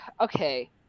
Okay